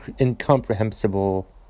incomprehensible